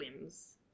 limbs